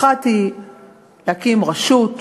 האחת היא להקים רשות,